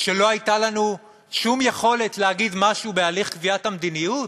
שלא הייתה לנו שום יכולת להגיד משהו בהליך קביעת המדיניות?